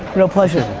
real pleasure.